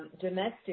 Domestic